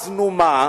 אז מה?